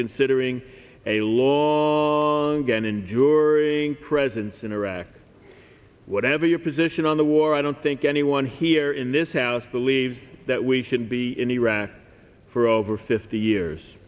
considering a long and enduring presence in iraq whatever your position on the war i don't think anyone here in this house believes that we should be in iraq for over fifty years